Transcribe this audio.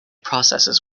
processes